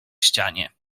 ścianie